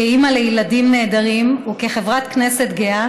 כאימא לילדים נהדרים וכחברת כנסת גאה